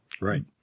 right